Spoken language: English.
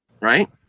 right